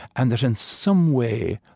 and that in some way,